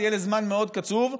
זה יהיה לזמן מאוד קצוב,